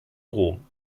rom